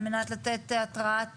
על מנת לתת התראה,